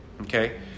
Okay